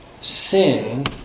sin